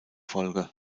folge